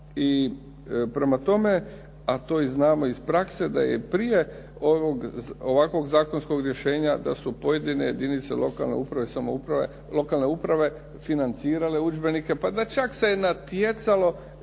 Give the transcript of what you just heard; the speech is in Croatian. I prema tome, a to i znamo iz prakse da je i prije ovakvog zakonskog rješenja da su pojedine jedinice lokalne uprave i samouprave, lokalne uprave financirale udžbenike, pa da čak se je natjecalo,